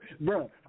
Bro